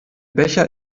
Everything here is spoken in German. becher